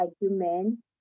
argument